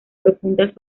profundas